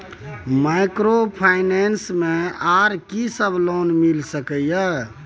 Microfinance मे आर की सब लोन मिल सके ये?